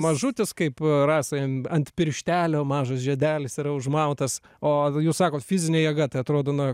mažutis kaip rasai ant pirštelio mažas žiedelis yra užmautas o jūs sakot fizinė jėga tai atrodo na